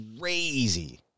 crazy